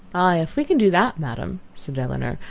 ay, if we can do that, ma'am, said elinor,